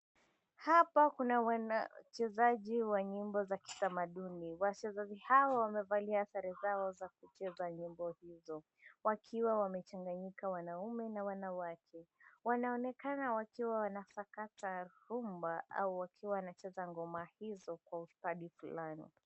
Hapa kuna wanachezaji wa nyimbo za kitamaduni, wachezaji hawa wamevalia sare zao za kucheza nyimbo hizo wakiwa wamechanganyika wanaume na wanawake wanaonekana wakiwa wanasakata rhumba au wakiwa wanacheza nyimbo hizo kwa ustadi flani.